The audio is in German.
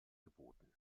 geboten